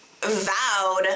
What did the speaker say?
vowed